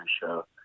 show